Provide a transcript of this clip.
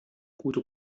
gute